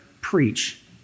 preach